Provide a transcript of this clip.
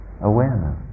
awareness